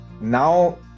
Now